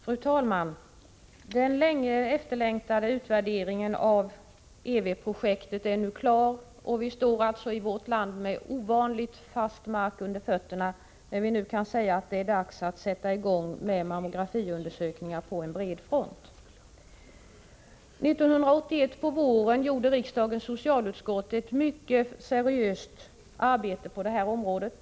Fru talman! Den mycket efterlängtade utvärderingen av EW-projektet är nu klar, och vi står alltså i vårt land med ovanligt fast mark under fötterna när vi nu kan säga att det är dags att sätta i gång med mammografiundersökningar på bred front. 1981 på våren gjorde riksdagens socialutskott ett mycket seriöst arbete på det här området.